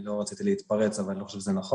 אני לא רציתי להתפרץ, אבל אני לא חושב שזה נכון.